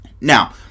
Now